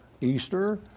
Easter